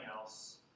else